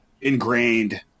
ingrained